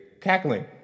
cackling